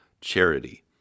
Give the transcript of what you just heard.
charity